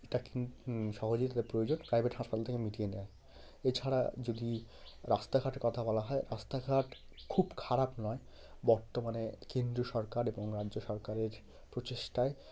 এটা কিন সহজেই তাদের প্রয়োজন প্রাইভেট হাসপাতাল থেকে মিটিয়ে নেয় এছাড়া যদি রাস্তাঘাটের কথা বলা হয় রাস্তাঘাট খুব খারাপ নয় বর্তমানে কেন্দ্রীয় সরকার এবং রাজ্য সরকারের প্রচেষ্টায়